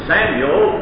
Samuel